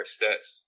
sets